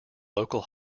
local